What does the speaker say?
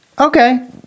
Okay